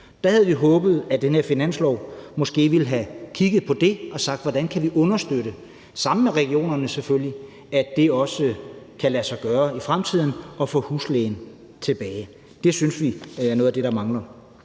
Der havde vi håbet, at den her finanslov måske ville have kigget på det og sagt: Hvordan kan vi understøtte – sammen med regionerne selvfølgelig – at det også kan lade sig gøre i fremtiden, altså få huslægen tilbage. Det synes vi er noget af det, der mangler.